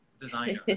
Designer